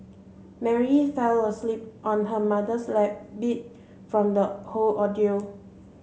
Mary fell asleep on her mother's lap beat from the whole ordeal